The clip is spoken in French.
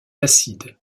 acide